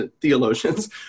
theologians